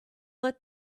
let